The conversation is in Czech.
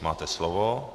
Máte slovo.